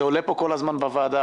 זה עולה פה כל הזמן בוועדה,